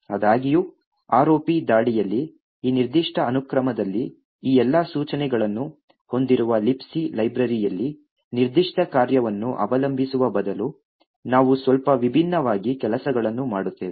ಆದಾಗ್ಯೂ ROP ದಾಳಿಯಲ್ಲಿ ಈ ನಿರ್ದಿಷ್ಟ ಅನುಕ್ರಮದಲ್ಲಿ ಈ ಎಲ್ಲಾ ಸೂಚನೆಗಳನ್ನು ಹೊಂದಿರುವ Libc ಲೈಬ್ರರಿಯಲ್ಲಿ ನಿರ್ದಿಷ್ಟ ಕಾರ್ಯವನ್ನು ಅವಲಂಬಿಸುವ ಬದಲು ನಾವು ಸ್ವಲ್ಪ ವಿಭಿನ್ನವಾಗಿ ಕೆಲಸಗಳನ್ನು ಮಾಡುತ್ತೇವೆ